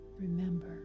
Remember